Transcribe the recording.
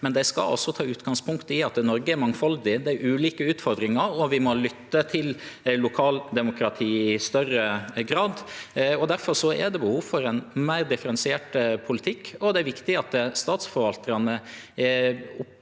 men dei skal ta utgangspunkt i at Noreg er mangfaldig. Det er ulike utfordringar, og vi må lytte til lokaldemokratiet i større grad. Difor er det behov for ein meir differensiert politikk, og det er viktig at statsforvaltarane opererer